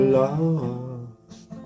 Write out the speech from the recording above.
lost